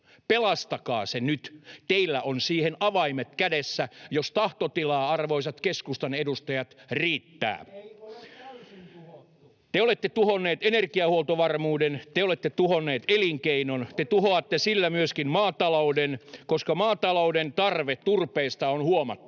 Pelastakaa se nyt. Teillä on siihen avaimet kädessänne, jos tahtotilaa, arvoisat keskustan edustajat, riittää. [Tuomas Kettunen: Ei ole täysin tuhottu!] — Te olette tuhonneet energiahuoltovarmuuden, te olette tuhonneet elinkeinon, te tuhoatte sillä myöskin maatalouden, koska maatalouden tarve turpeesta on huomattava.